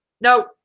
No